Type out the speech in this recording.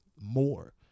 more